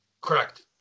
Correct